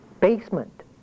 basement